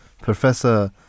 Professor